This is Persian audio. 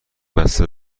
بسته